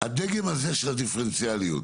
הדגם הזה של הדיפרנציאליות,